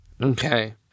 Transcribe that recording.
Okay